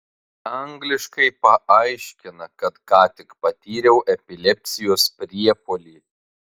angliškai paaiškina kad ką tik patyriau epilepsijos priepuolį